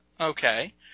Okay